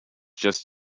just